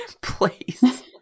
Please